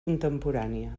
contemporània